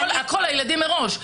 הכול לילדים מראש.